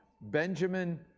Benjamin